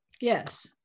Yes